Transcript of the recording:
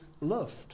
loved